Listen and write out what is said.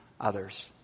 others